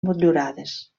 motllurades